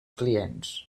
clients